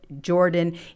Jordan